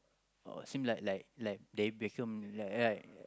uh same like like like David-Beckham like right